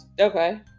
Okay